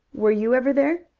were you ever there?